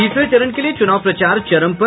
तीसरे चरण के लिये चुनाव प्रचार चरम पर